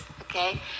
okay